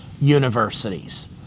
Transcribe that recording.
universities